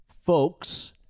folks